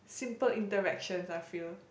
simple interactions I feel